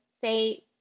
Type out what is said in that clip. say